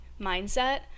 mindset